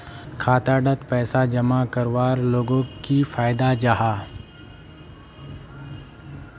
खाता डात पैसा जमा करवार लोगोक की फायदा जाहा?